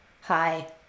hi